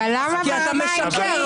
אבל למה ברמה האישית?